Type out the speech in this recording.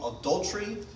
adultery